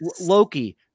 Loki